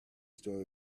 story